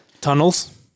Tunnels